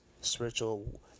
spiritual